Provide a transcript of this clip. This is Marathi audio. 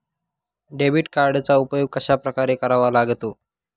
डेबिट कार्डचा उपयोग कशाप्रकारे करावा लागतो?